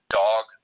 dog